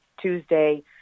Tuesday